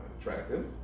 attractive